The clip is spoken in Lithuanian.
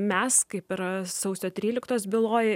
mes kaip ir sausio tryliktos byloj